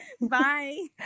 bye